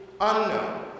unknown